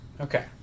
Okay